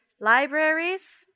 libraries